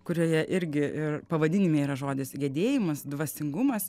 kurioje irgi ir pavadinime yra žodis gedėjimas dvasingumas